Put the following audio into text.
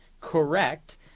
correct